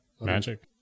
Magic